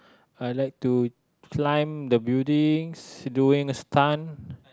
I like to climb the buildings doing stunt